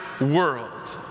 world